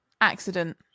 accident